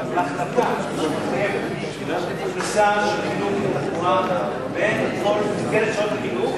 החלטה על חינוך לתעבורה במסגרת שעות החינוך